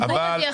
אבל בואו נעבוד.